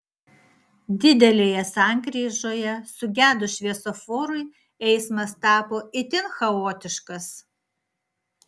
didelėje sankryžoje sugedus šviesoforui eismas tapo itin chaotiškas